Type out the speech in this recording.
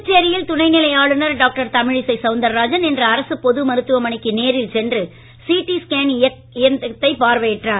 புதுச்சேரியில் துணைநிலை ஆளுநர் டாக்டர் தமிழிசை சவுந்தாராஜன் இன்று அரசுப் பொது மருத்துவமனைக்கு நேரில் சென்று சிடி ஸ்கேன் இயக்கத்தைப் பார்வையிட்டார்